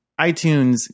iTunes